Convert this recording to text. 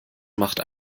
macht